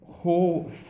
whole